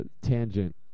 tangent